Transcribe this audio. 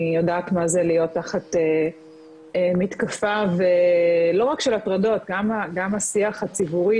אני יודעת מה זה להיות תחת מתקפה ולא רק של הטרדות גם השיח הציבורי